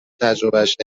تجربهاش